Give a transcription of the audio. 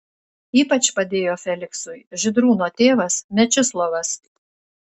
ypač padėjo feliksui žydrūno tėvas mečislovas